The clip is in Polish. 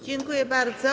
Dziękuję bardzo.